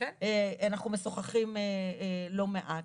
ואנחנו משוחחים לא מעט.